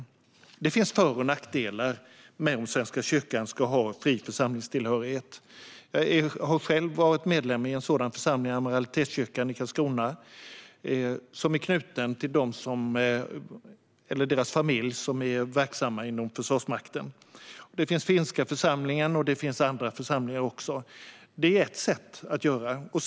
Det finns för och nackdelar, men Svenska kyrkan ska ha fri församlingstillhörighet. Jag har själv varit medlem i en sådan församling - Amiralitetskyrkan i Karlskrona - som är knuten till dem som är verksamma inom Försvarsmakten och deras familjer. Det finns Finska församlingen och även andra församlingar. Det är ett sätt att göra det på.